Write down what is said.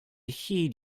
heed